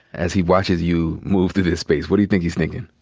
as he watches you move through this space. what do you think he's thinking?